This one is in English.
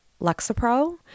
Lexapro